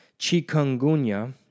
chikungunya